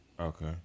Okay